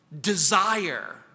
desire